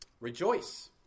Rejoice